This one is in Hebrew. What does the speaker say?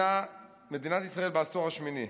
מדינת ישראל בעשור השמיני,